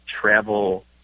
travel